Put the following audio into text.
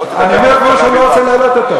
בוא, אני אומר משהו שאני לא רוצה להעלות אותו.